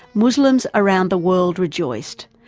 muslims around the world rejoiced,